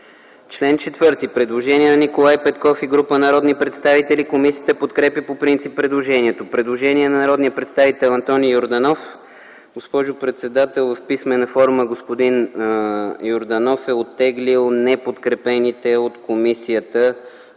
направено предложение от Николай Петков и група народни представители, което е подкрепено по принцип от комисията. Предложение от народния представител Антоний Йорданов. Госпожо председател, в писмена форма господин Йорданов е оттеглил неподкрепените от комисията